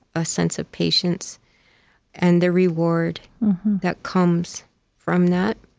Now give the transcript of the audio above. a sense of patience and the reward that comes from that.